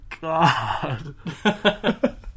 god